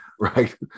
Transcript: right